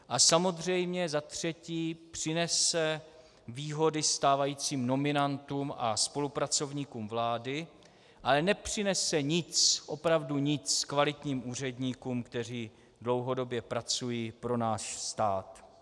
A samozřejmě za třetí přinese výhody stávajícím nominantům a spolupracovníkům vlády, ale nepřinese nic, opravdu nic kvalitním úředníkům, kteří dlouhodobě pracují pro náš stát.